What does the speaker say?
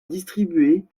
distribuer